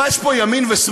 מה, יש פה ימין ושמאל?